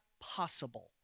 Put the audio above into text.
possible